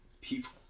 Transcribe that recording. people